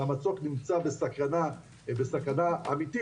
והמצוק נמצא בסכנה אמיתית